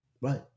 Right